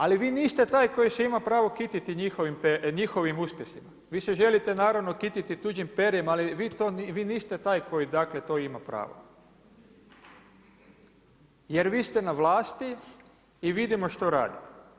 Ali vi niste taj koji se ima pravo kititi njihovim uspjesima, vi se želite naravno kititi tuđim perjem ali vi niste taj koji to ima pravo jer vi ste na vlasti i vidimo što radite.